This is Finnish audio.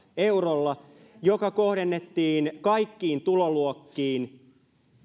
eurolla joka kohdennettiin kaikkiin tuloluokkiin